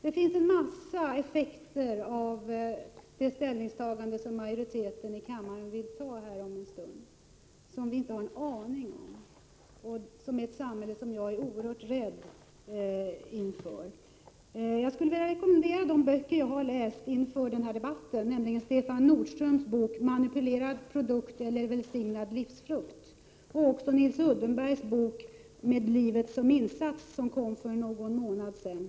Det finns många effekter som vi inte har en aning om av det beslut som majoriteten i kammaren kommer att fatta om en stund och som innebär ett samhälle som jag har en oerhörd rädsla inför. Jag skulle vilja rekommendera de böcker som jag har läst inför den här debatten. Det är Stefan Nordströms bok Manipulerad produkt eller välsignad livsfrukt? och även Nils Uddenbergs bok Med livet som insats, som kom för någon månad sedan.